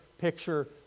picture